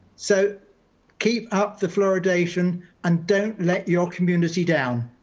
so keep up the fluoridation and don't let your community down.